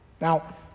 Now